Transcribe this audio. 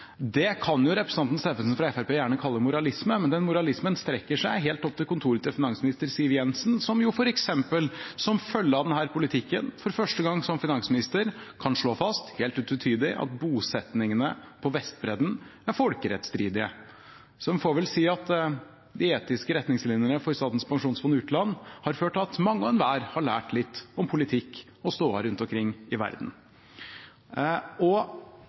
Det kan representanten fra Fremskrittspartiet gjerne kalle moralisme, men den moralismen strekker seg helt opp til kontoret til finansminister Siv Jensen, som f.eks. som følge av denne politikken for første gang som finansminister kan slå fast, helt utvetydig, at bosettingene på Vestbredden er folkerettsstridige. Så en får vel si at de etiske retningslinjene for Statens pensjonsfond utland har ført til at mange har lært litt om politikk og om stoda rundt omkring i verden. For at noen skal kunne ha en konservativ tilnærming og